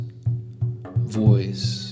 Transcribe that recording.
voice